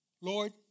Lord